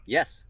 Yes